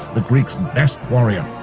the greeks' and best warrior,